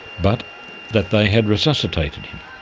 but that they had resuscitated him.